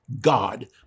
God